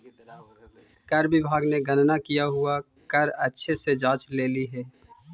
कर विभाग ने गणना किया हुआ कर अच्छे से जांच लेली हे